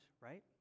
right